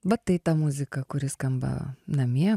va tai ta muzika kuri skamba namie